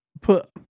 put